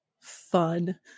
fun